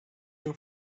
your